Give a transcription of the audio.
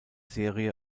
serie